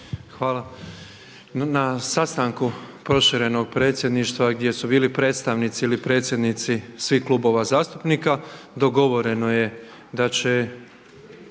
Hvala. Na sastanku proširenog Predsjedništva gdje su bili predstavnici ili predsjednici svih klubova zastupnika dogovoreno je da će